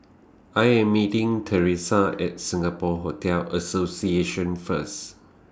I Am meeting Theresa At Singapore Hotel Association First